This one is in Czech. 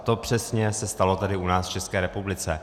To přesně se stalo tady u nás v České republice.